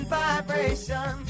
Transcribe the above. vibration